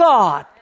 God